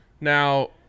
Now